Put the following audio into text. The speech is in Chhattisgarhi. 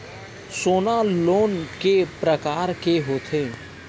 सोना लोन के प्रकार के होथे?